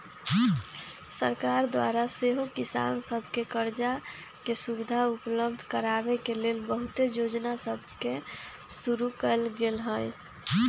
सरकार द्वारा सेहो किसान सभके करजा के सुभिधा उपलब्ध कराबे के लेल बहुते जोजना सभके शुरु कएल गेल हइ